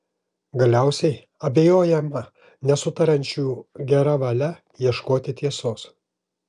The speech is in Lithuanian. galiausiai abejojama nesutariančiųjų gera valia ieškoti tiesos